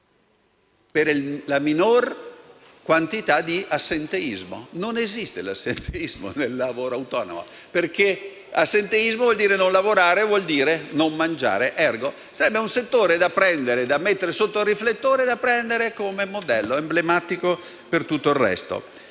per minore assenteismo. Non esiste l'assenteismo nel lavoro autonomo, perché assenteismo vuol dire non lavorare, il che vuol dire non mangiare. Sarebbe un settore da mettere sotto il riflettore e assumere come modello emblematico per tutto il resto.